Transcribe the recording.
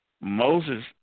Moses